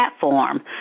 platform